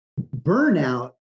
burnout